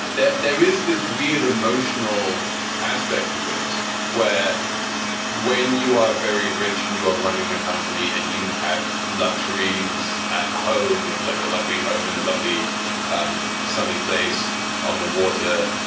there there is this weird emotional aspect to this where when you are very rich and you are running the company and you have luxuries ah home like a lovely home and a and lovely um sunny place on the water,